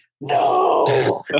no